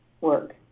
work